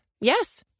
Yes